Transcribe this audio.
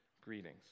greetings